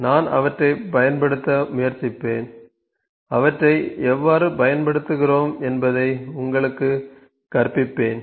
நான் அவற்றைப் பயன்படுத்த முயற்சிப்பேன் அவற்றை எவ்வாறு பயன்படுத்துகிறோம் என்பதை உங்களுக்குக் கற்பிப்பேன்